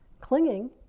clinging